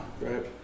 Right